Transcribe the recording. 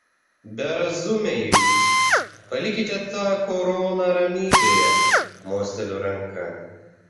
berazumiai jūs palikite tą koroną ramybėje mosteliu ranka